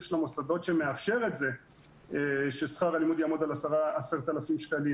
של המוסדות שמאפשר ששכר הלימוד יעמוד על 10,000 שקלים.